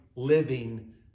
living